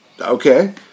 Okay